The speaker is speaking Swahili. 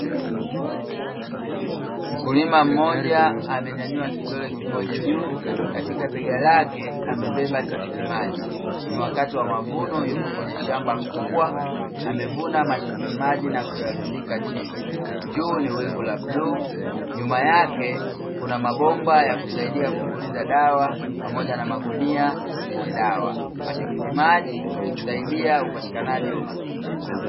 Mkulima mmoja amenyanyua kidole kimoja juu katika bega lake amebeba tikitimaji ni wakati wa mavuno yuko kwenye shamba kubwa amevuna matikiti maji na kuyarundika chini, juu ni wingi la bluu nyuma yake kuna mabomba yakusaidia kupuliza dawa pamoja na magunia yenye dawa, matikiti maji husaidia upatikanaji wa matunda.